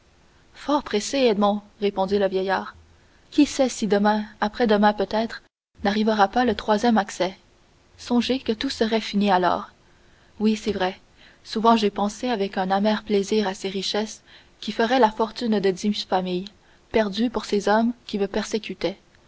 fort pressé edmond répondit le vieillard qui sait si demain après-demain peut-être n'arrivera pas le troisième accès songez que tout serait fini alors oui c'est vrai souvent j'ai pensé avec un amer plaisir à ces richesses qui feraient la fortune de dix familles perdues pour ces hommes qui me persécutaient